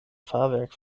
fahrwerk